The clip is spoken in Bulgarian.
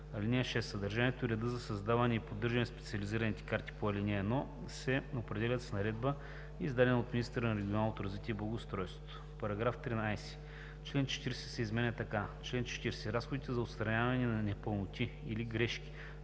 (6) Съдържанието и редът за създаване и поддържане на специализираните карти по ал. 1 се определят с наредба, издадена от министъра на регионалното развитие и благоустройството.“ § 13. Член 40 се изменя така: „Чл. 40. Разходите за отстраняване на непълноти или грешки